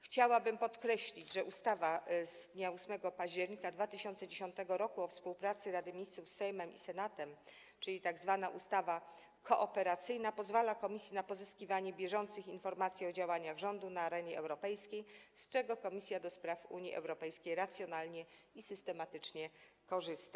Chciałabym podkreślić, że ustawa z dnia 8 października 2010 r. o współpracy Rady Ministrów z Sejmem i Senatem, czyli tzw. ustawa kooperacyjna, pozwalała komisji na pozyskiwanie bieżących informacji o działaniach rządu na arenie europejskiej, z czego Komisja do Spraw Unii Europejskiej racjonalnie i systematycznie korzysta.